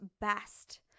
best